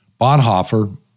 Bonhoeffer